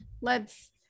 lets